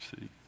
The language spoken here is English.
See